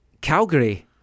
Calgary